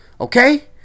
Okay